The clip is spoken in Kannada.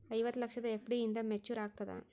ಐವತ್ತು ಲಕ್ಷದ ಎಫ್.ಡಿ ಎಂದ ಮೇಚುರ್ ಆಗತದ?